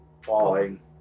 falling